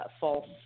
false